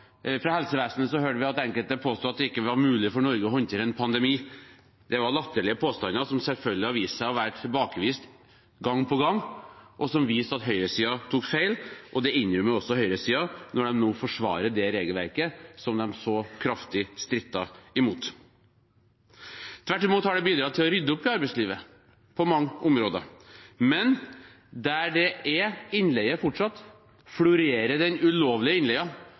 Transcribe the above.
fra helsevesenet hørte vi enkelte påstå at det ikke var mulig for Norge å håndtere en pandemi. Det var latterlige påstander, som selvfølgelig har vært tilbakevist gang på gang, og som viser at høyresiden tok feil. Det innrømmer også høyresiden når de nå forsvarer det regelverket som de så kraftig strittet imot. Tvert imot har det bidratt til å rydde opp i arbeidslivet på mange områder. Men der det er innleie fortsatt, florerer den ulovlige